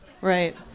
Right